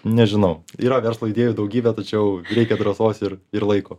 nežinau yra verslo idėjų daugybė tačiau reikia drąsos ir ir laiko